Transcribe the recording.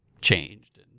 changed